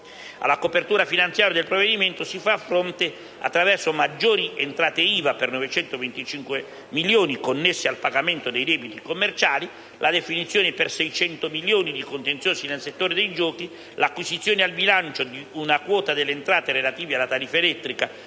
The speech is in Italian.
Alla copertura finanziaria del provvedimento si fa fronte attraverso maggiori entrate IVA (925 milioni) connesse al pagamento dei debiti commerciali, la definizione per 600 milioni di contenziosi nel settore dei giochi, l'acquisizione al bilancio di una quota delle entrate relative alla tariffa elettrica